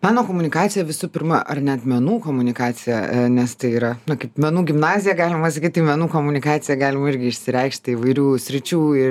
meno komunikaciją visu pirma ar net menų komunikaciją nes tai yra nu kaip menų gimnazija galima skirti menų komunikacija galima irgi išsireikšti įvairių sričių ir